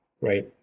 right